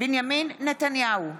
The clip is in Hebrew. בנימין נתניהו,